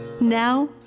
Now